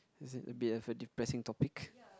this is a bit of a depressing topic